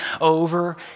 over